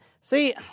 See